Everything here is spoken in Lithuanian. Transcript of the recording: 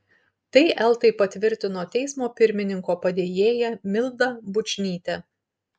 tai eltai patvirtino teismo pirmininko padėjėja milda bučnytė